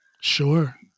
sure